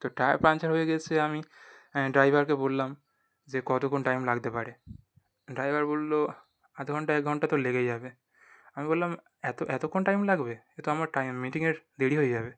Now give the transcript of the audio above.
তো tyre puncture হয়ে গিয়েছে আমি ড্রাইভারকে বললাম যে কতখণ টাইম লাগতে পারে ড্রাইভার বললো আধ ঘন্টা এক ঘন্টা তো লেগেই যাবে আমি বললাম এত এতক্ষণ টাইম লাগবে এ তো আমার টাই মিটিংয়ের দেরি হয়ে যাবে